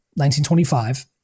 1925